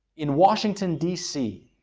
in washington dc,